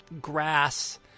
grass